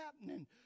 happening